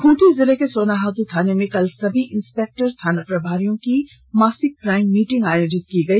खूंटी जिले में सोनाहातू थाना में कल सभी इंस्पेक्टर थाना प्रभारियों की मासिक क्राइम मीटिंग आयोजित की गई